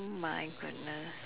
my goodness